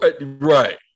Right